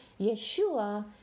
Yeshua